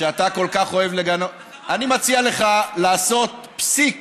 תומכי טרור, אז אמרתי, אני מציע לך לעשות פסיק